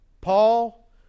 Paul